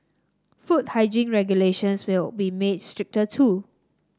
food hygiene regulations will be made stricter too